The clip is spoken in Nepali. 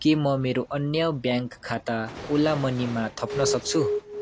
के म मेरो अन्य ब्याङ्क खाता ओला मनीमा थप्न सक्छु